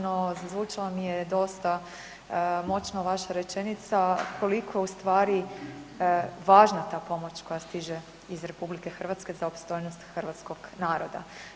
No zazvučala mi je dosta moćno vaša rečenica koliko je u stvari važna ta pomoć koja stiže iz RH za opstojnost hrvatskog naroda.